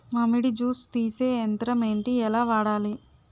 మామిడి జూస్ తీసే యంత్రం ఏంటి? ఎలా వాడాలి?